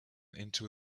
into